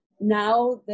Now